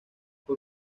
por